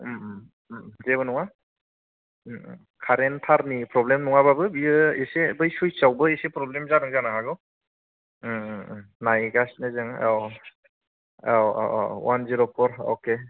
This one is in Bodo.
जेबो नङा कारेन्ट टारनि प्रब्लेम नङाब्लाबो बियो एसे बै सैटचावबो एसे प्रब्लेम जादों जानो हागौ नायगासिनो जों औ औ औ औ अवान जिर' फर अके